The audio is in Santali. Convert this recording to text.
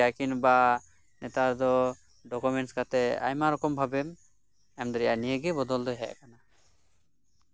ᱢᱟᱱᱮ ᱚᱸᱰᱮ ᱯᱨᱤᱱᱴ ᱟᱣᱩᱴ ᱠᱟᱛᱮ ᱦᱚᱸ ᱮᱢ ᱫᱟᱲᱮᱭᱟᱜᱼᱟ ᱵᱟ ᱱᱮᱛᱟᱨ ᱫᱚ ᱰᱚᱠᱩᱢᱮᱱᱴ ᱠᱟᱛᱮᱜ ᱟᱭᱢᱟ ᱨᱚᱠᱚᱢ ᱵᱷᱟᱵᱮ ᱮᱢ ᱫᱟᱲᱮᱭᱟᱜᱼᱟ ᱱᱤᱭᱟᱹ ᱜᱮ ᱵᱚᱫᱚᱞ ᱫᱚ ᱦᱮᱡ ᱟᱠᱟᱱᱟ